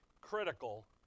critical